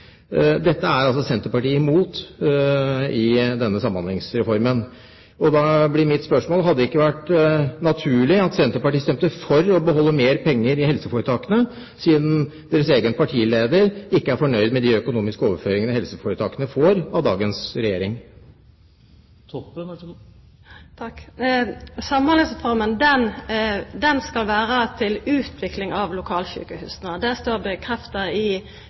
Dette er altså Senterpartiet imot. Da blir mitt spørsmål: Hadde det ikke vært naturlig at Senterpartiet stemte for å beholde mer penger i helseforetakene, siden deres egen partileder ikke er fornøyd med de økonomiske overføringene helseforetakene får av dagens regjering? Samhandlingsreforma inneber utvikling av lokalsjukehusa. Det er bekrefta i